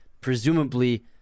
presumably